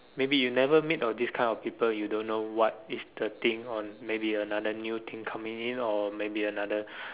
maybe you never meet or this kind of people you don't know what is the thing on maybe another new thing coming in or maybe another